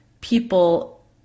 people